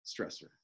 stressor